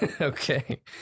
Okay